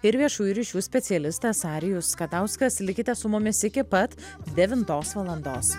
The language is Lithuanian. ir viešųjų ryšių specialistas arijus katauskas likite su mumis iki pat devintos valandos